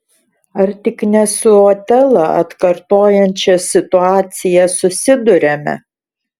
ar tik ne su otelą atkartojančia situacija susiduriame